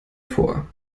vor